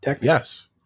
Yes